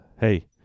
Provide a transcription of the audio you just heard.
hey